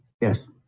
yes